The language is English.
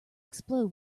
explode